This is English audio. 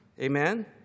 Amen